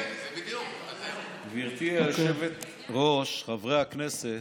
גברתי היושבת-ראש, חברי הכנסת,